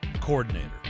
coordinator